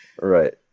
right